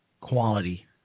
quality